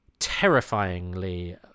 terrifyingly